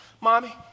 Mommy